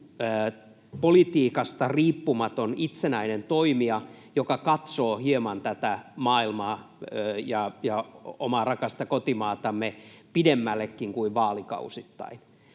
politiikasta riippumaton itsenäinen toimija, joka katsoo tätä maailmaa ja omaa rakasta kotimaatamme hieman pidemmällekin kuin vaalikausittain